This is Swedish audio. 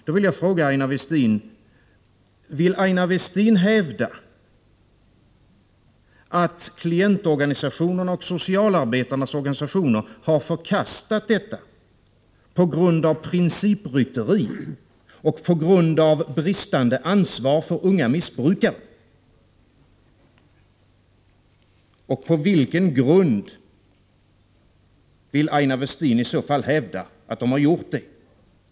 Då vill jag fråga: Vill Aina Westin hävda att klientorganisationerna och socialarbetarnas organisationer har förkastat detta förslag på grund av principrytteri och på grund av bristande ansvar för unga missbrukare? Och på vilken grund vill Aina Westin i så fall hävda att de har gjort det?